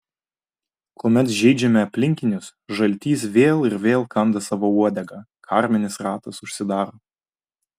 kuomet žeidžiame aplinkinius žaltys vėl ir vėl kanda savo uodegą karminis ratas užsidaro